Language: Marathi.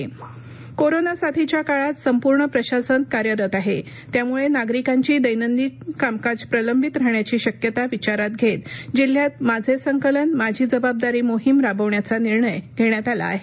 जिल्ह्वधिकारी कोरोना साथीच्या काळात संपूर्ण प्रशासन कार्यरत आहे त्यामुळे नागरिकांची दैनंदिन कामकाज प्रलंबित राहण्याची शक्यता विचारात घेत जिल्ह्यात माझे संकलन माझी जबाबदारी मोहिम राबवण्याचा निर्णय घेण्यात आला आहे